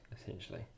essentially